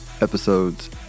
episodes